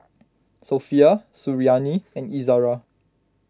Sofea Suriani and Izara